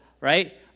right